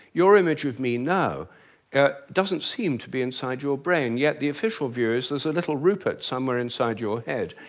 your image of me now doesn't seem to be inside your brain, yet the official view is that there's a little rupert somewhere inside your head.